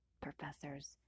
professors